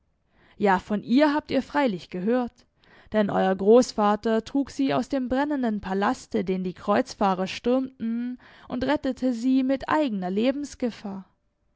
ja von ihr habt ihr freilich gehört denn euer großvater trug sie aus dem brennenden palaste den die kreuzfahrer stürmten und rettete sie mit eigener lebensgefahr